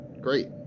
great